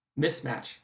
Mismatch